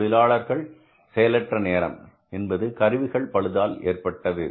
தொழிலாளர் செயலற்ற நேரம் என்பது கருவிகளின் பழுதால் ஏற்பட்டது